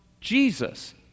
Jesus